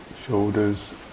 Shoulders